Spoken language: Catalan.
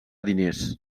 diners